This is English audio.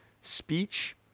speech